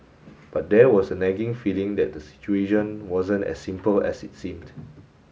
but there was a nagging feeling that the situation wasn't as simple as it seemed